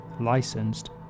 licensed